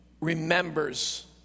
remembers